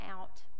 out